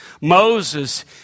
Moses